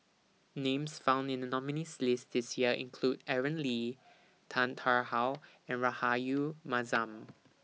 Names found in The nominees' list This Year include Aaron Lee Tan Tarn How and Rahayu Mahzam